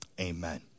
Amen